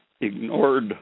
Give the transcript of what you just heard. ignored